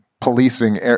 policing